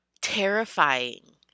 terrifying